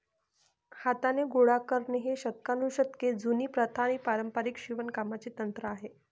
हाताने गोळा करणे ही शतकानुशतके जुनी प्रथा आणि पारंपारिक शिवणकामाचे तंत्र आहे